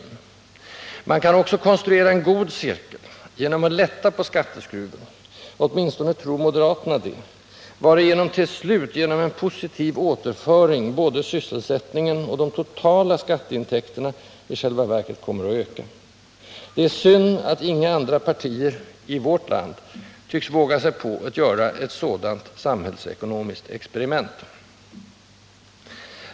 Men man kan också konstruera en god cirkel genom att lätta på skatteskruven — åtminstone tror moderaterna det — varigenom till slut, genom en positiv återföring, både sysselsättningen och de totala skatteintäkterna i själva verket kommer att öka. Det är synd att inga andra partier i vårt land tycks våga sig på att göra ett sådant samhällsekonomiskt experiment.